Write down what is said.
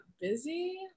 Busy